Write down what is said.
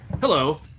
hello